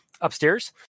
upstairs